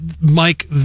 Mike